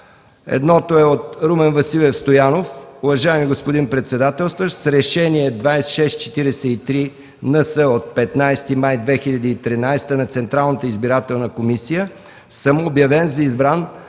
Едното е от Румен Василев Стоянов: „Уважаеми господин председателстващ, С Решение № 2643 – НС, от 15 май 2013 г. на Централната избирателна комисия, съм обявен за избран